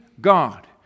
God